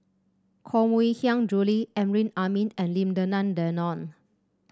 Koh Mui Hiang Julie Amrin Amin and Lim Denan Denon